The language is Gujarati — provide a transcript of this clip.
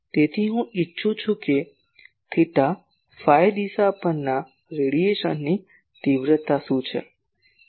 તેથી હું ઇચ્છું છું કે થેટા ફાઇ દિશા પરના રેડિયેશનની તીવ્રતા શું છે